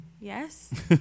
Yes